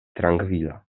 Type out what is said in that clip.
trankvila